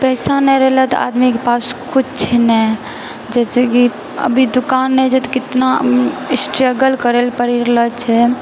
पैसा नहि रहलै तऽ आदमीके पास किछु नहि जैसे कि अभी दूकान नहि छै कितना स्ट्रगल करै लऽ पड़ी रहल छै